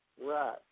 Right